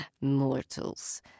Mortals